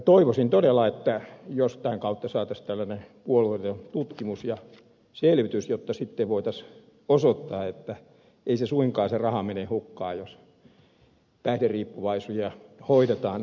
toivoisin todella että jostain kautta saataisiin tällainen puolueeton tutkimus ja selvitys jotta sitten voitaisiin osoittaa että ei se raha suinkaan mene hukkaan jos päihderiippuvaisia hoidetaan tehokkaasti